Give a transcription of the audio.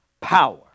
power